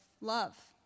love